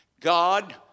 God